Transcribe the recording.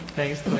Thanks